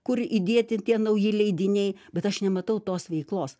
kur įdėti tie nauji leidiniai bet aš nematau tos veiklos